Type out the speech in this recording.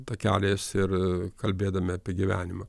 takeliais ir kalbėdami apie gyvenimą